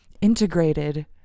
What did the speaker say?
integrated